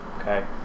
Okay